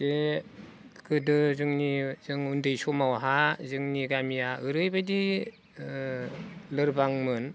बे गोदो जोंनि जों उन्दै समावहा जोंनि गामिया ओरैबायदि लोरबांमोन